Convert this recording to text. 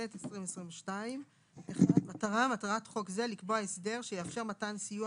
התשפ"ב-2022 מטרה 1. מטרת חוק זה לקבוע הסדר שיאפשר מתן סיוע